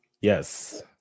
Yes